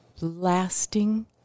lasting